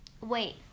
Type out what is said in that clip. Wait